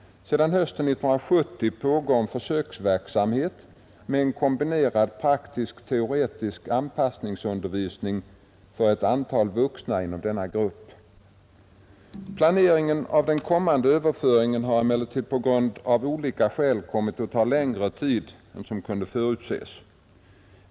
Sedan hösten 1970 pågår en försöksverksamhet med en kombinerad praktisk-teoretisk anpassningsundervisning för ett antal vuxna inom denna grupp. Planeringen av den kommande överföringen har emellertid av olika skäl kommit att ta längre tid än vad som kunnat förutses.